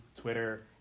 Twitter